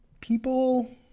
people